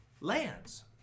lands